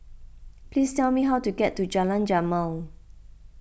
please tell me how to get to Jalan Jamal